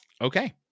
Okay